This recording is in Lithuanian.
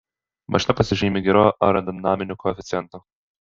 mašina pasižymi geru aerodinaminiu koeficientu